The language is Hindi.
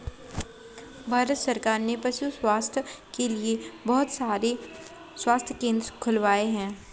भारत सरकार ने पशु स्वास्थ्य के लिए बहुत सारे स्वास्थ्य केंद्र खुलवाए हैं